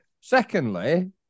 Secondly